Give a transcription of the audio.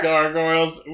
Gargoyles